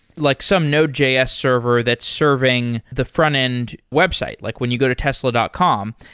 like some node js server that's serving the frontend website, like when you go to tesla dot com,